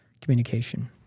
communication